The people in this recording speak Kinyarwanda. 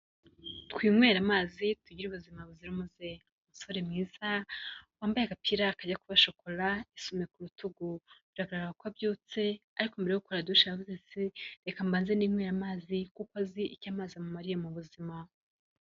Twinywere amazi tugire ubuzima buzira umuze umusore mwiza wambaye agapira kajya kuba shokora n'isume ku rutugu, biragaragara ko abyutse ariko mbere yo gukora dushe yavuze ati se ''reka mbanze ni nyweye amazi'' kuko azi icyo amazi amumariye mu buzima.